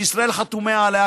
שישראל חתומה עליה,